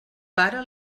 para